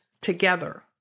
together